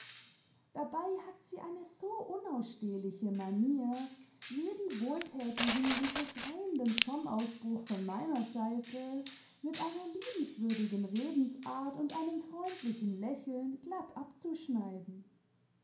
dabei hat sie eine so unausstehliche manier jeden wohltätigen und befreienden zomausbruch von meiner seite mit einer liebenswürdigen redensart und einem freundlichen lächeln glatt abzuschneiden